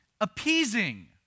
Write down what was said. appeasing